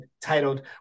titled